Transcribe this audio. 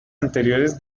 anteriores